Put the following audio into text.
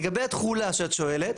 לגבי התכולה שאת שואלת,